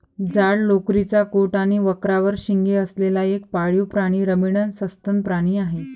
जाड लोकरीचा कोट आणि वक्राकार शिंगे असलेला एक पाळीव प्राणी रमिनंट सस्तन प्राणी आहे